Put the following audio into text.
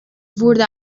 wurde